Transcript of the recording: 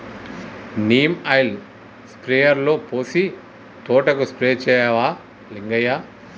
neem oil స్ప్రేయర్లో పోసి తోటకు స్ప్రే చేయవా లింగయ్య